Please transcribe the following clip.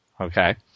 Okay